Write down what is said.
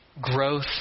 Growth